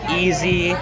easy